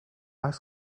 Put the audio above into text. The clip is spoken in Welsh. oes